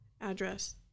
address